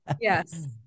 Yes